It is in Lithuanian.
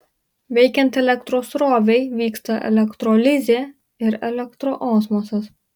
veikiant elektros srovei vyksta elektrolizė ir elektroosmosas